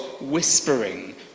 whispering